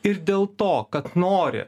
ir dėl to kad nori